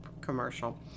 commercial